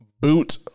boot